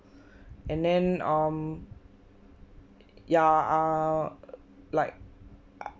and then um ya uh like